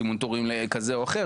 זימון תורים כזה או אחר.